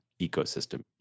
ecosystem